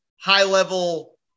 high-level